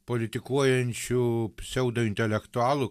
politikuojančių pseudo intelektualų